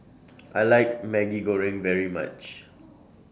I like Maggi Goreng very much